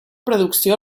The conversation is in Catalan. producció